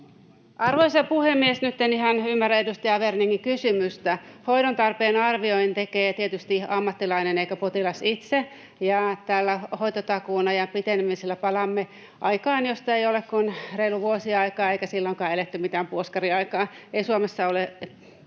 Arvoisa puhemies! Nyt en ihan ymmärrä edustaja Werningin kysymystä. Hoidon tarpeen arvioinnin tekee tietysti ammattilainen eikä potilas itse, ja tällä hoitotakuun ajan pitenemisellä palaamme aikaan, josta ei ole kuin reilu vuosi aikaa, eikä silloinkaan eletty mitään puoskariaikaa. Ei Suomessa ole